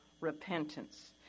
repentance